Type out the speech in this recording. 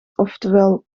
oftewel